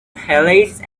palace